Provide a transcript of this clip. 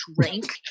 drink